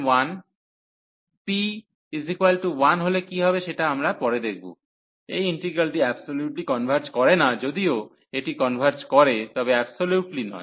p1 হলে কি হবে সেটা আমরা পরে দেখব এই ইন্টিগ্রালটি অ্যাবসোলিউটলি কনভার্জ করে না যদিও এটি কনভার্জ করে তবে অ্যাবসোলিউটলি নয়